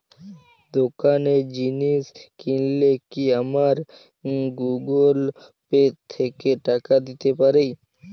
দোকানে জিনিস কিনলে কি আমার গুগল পে থেকে টাকা দিতে পারি?